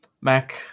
Mac